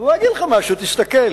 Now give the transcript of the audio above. אני אגיד לך משהו: תסתכל,